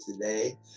today